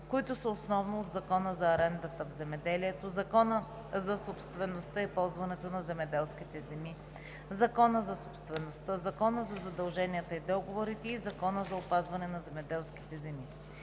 които са основно от Закона за арендата в земеделието, Закона за собствеността и ползването на земеделските земи, Закона за собствеността, Закона за задълженията и договорите и Закона за опазване на земеделските земи.